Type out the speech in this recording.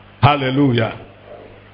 Hallelujah